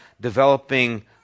developing